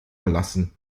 verlassen